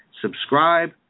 Subscribe